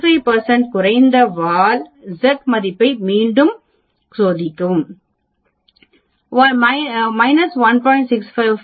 95 குறைந்த வால்Z மதிப்பை மீண்டும் சோதிக்கவும் 1